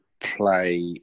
play